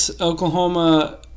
Oklahoma